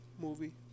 movie